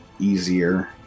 easier